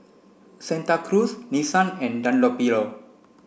Santa Cruz Nissan and Dunlopillo